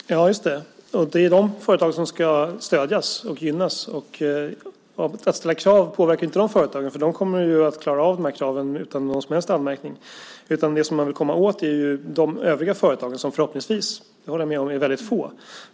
Fru talman! Just det - det är dessa företag som ska stödjas och gynnas, och att ställa krav påverkar ju inte de företagen. De kommer ju att klara av kraven utan någon som helst anmärkning. Det man vill komma åt är de övriga företagen som förhoppningsvis - det håller jag med om - är väldigt få.